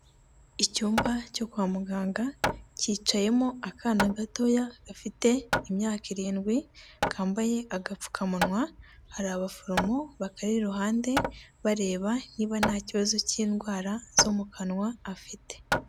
Icyumba cyo kwa muganga cyicayemo akana gatoya gafite imyaka irindwi kambaye agapfukamunwa hari abaforomo bakari iruhande bareba niba nta kibazo cy'indwara zo mu kanwa afite.